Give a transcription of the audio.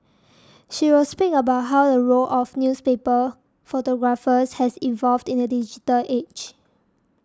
she will speak about how the role of newspaper photographers has evolved in the digital age